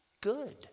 good